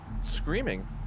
screaming